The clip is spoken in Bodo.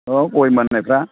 औ गय मोननायफ्रा